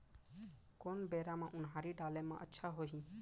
कोन बेरा म उनहारी डाले म अच्छा होही?